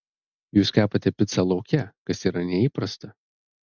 jūs kepate picą lauke kas yra neįprasta